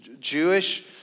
Jewish